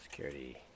Security